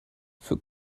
für